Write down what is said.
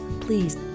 please